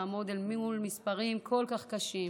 לעמוד אל מול מספרים כל כך קשים.